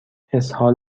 اسهال